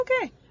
okay